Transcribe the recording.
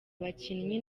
abakinnyi